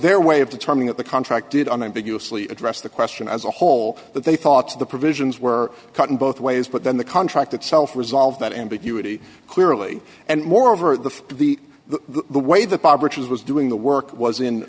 their way of determining at the contracted on ambiguously address the question as a whole that they thought the provisions were cut in both ways but then the contract itself resolved that ambiguity clearly and moreover the the the way that bob richards was doing the work was in